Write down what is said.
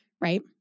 right